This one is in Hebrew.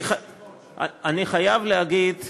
יש להם שמות: